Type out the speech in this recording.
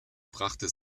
brachte